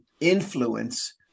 influence